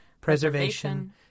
preservation